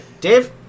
Dave